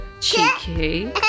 Cheeky